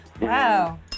Wow